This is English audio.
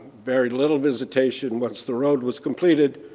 very little visitation. once the road was completed,